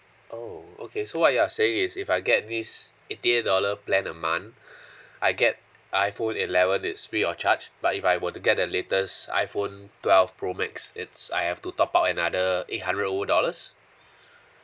oh okay so what you are saying is if I get this eighty eight dollar plan a month I get iphone eleven it's free of charge but if I were to get the latest iphone twelve pro max it's I have to top up another eight hundred over dollars